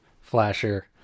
flasher